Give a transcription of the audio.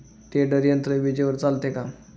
Tedder यंत्र विजेवर चालते का?